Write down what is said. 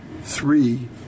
three